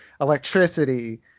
electricity